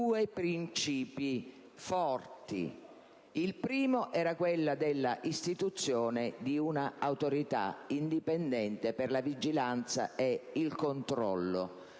Il primo era quello della istituzione di un'Autorità indipendente per la vigilanza e il controllo